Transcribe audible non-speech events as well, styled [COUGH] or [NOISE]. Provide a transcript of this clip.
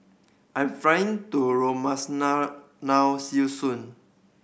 I'm flying to Romania [UNINTELLIGIBLE] now see you soon